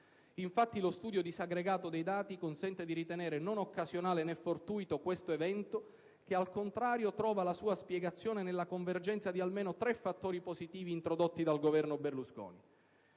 Infatti, lo studio disaggregato dei dati consente di ritenere non occasionale né fortuito questo evento che, al contrario, trova la sua spiegazione nella convergenza di almeno tre fattori positivi introdotti dal Governo Berlusconi: